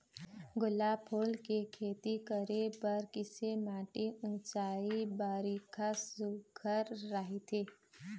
गुलाब फूल के खेती करे बर किसे माटी ऊंचाई बारिखा सुघ्घर राइथे?